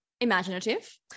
Imaginative